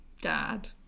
Dad